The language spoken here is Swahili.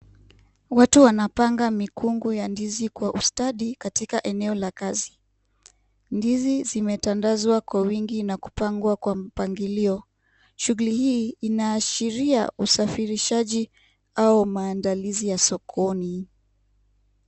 Watu wanapanga mikungu ya ndizi kwa ustadi katika eneo la kazi, ndizi zimetandazwa kwa wingi na kupangwa kwa mpangilio. Shughuli hii inaashiria usafirishaji au maandalizi ya sokoni.